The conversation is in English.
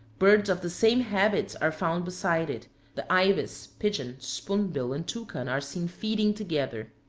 birds of the same habits are found beside it the ibis, pigeon, spoonbill, and toucan are seen feeding together.